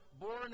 born